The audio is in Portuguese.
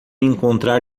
encontrar